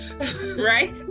right